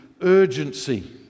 urgency